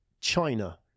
China